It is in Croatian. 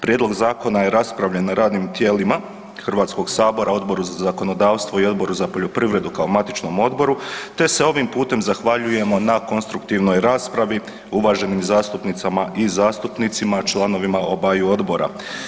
Prijedlog zakona je raspravljen na radnim tijelima HS, Odboru za zakonodavstvo i Odboru za poljoprivredu kao matičnom odboru, te se ovim putem zahvaljujemo na konstruktivnoj raspravi uvaženim zastupnicama i zastupnicima, članovima obaju odbora.